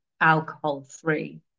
alcohol-free